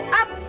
up